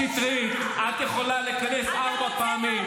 גב' קטי שטרית, את יכולה לכנס ארבע פעמים.